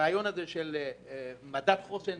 הרעיון הזה של מדד חוסן